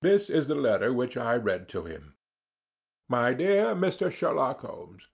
this is the letter which i read to him my dear mr. sherlock holmes